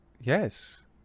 Yes